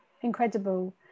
Incredible